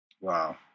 wow